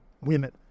women